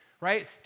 right